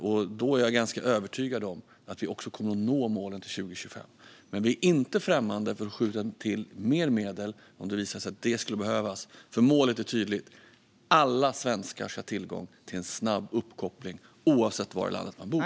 Jag är därför ganska övertygad om att vi kommer att nå målen till 2025, men vi är inte främmande för att skjuta till mer medel om det visar sig att det skulle behövas. För målet är tydligt: Alla svenskar ska ha tillgång till en snabb uppkoppling oavsett var i landet man bor.